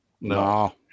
No